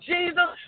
Jesus